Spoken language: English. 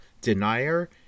Denier